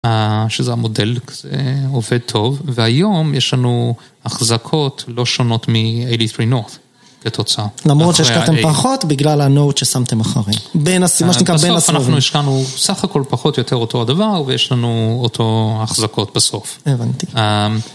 שזה המודל עובד טוב, והיום יש לנו אחזקות לא שונות מ-83 North לתוצאה. למרות שהשקעתם פחות בגלל ה-Note ששמתם אחרי, מה שנקרא בין ה... בסך הכל יש לנו פחות או יותר אותו הדבר ויש לנו אותו אחזקות בסוף. הבנתי.